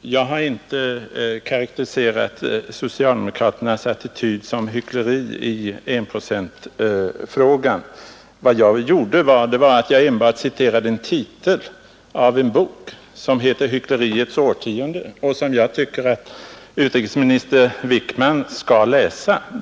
Jag har inte karakteriserat socialdemokraternas attityd i enprocentsfrågan som hyckleri. Jag citerade bara titeln på en bok som heter ”Hyckleriets årtionde” och som jag tycker att utrikesminister Wickman bör läsa.